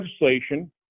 legislation